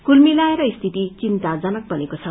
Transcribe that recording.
कुल मिलाएर स्थिति चिन्ताजनक बनेको छ